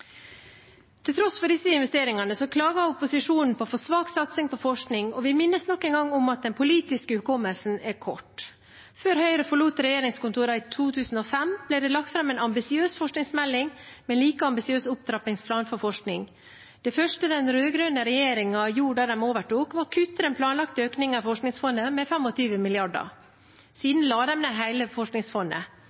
Til tross for disse investeringene klager opposisjonen på for svak satsing på forskning, og vi minnes nok en gang om at den politiske hukommelsen er kort. Før Høyre forlot regjeringskontorene i 2005, ble det lagt fram en ambisiøs forskningsmelding med en like ambisiøs opptrappingsplan for forskning. Det første den rød-grønne regjeringen gjorde da de overtok, var å kutte den planlagte økningen i Forskningsfondet med 25 mrd. kr. Siden la de ned hele Forskningsfondet,